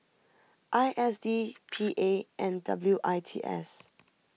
I S D P A and W I T S